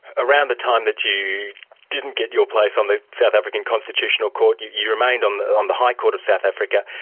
around the time that you didn't get your place on the south african constitutional court you you remained on the on the high court of south africa.